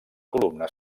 columna